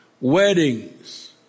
weddings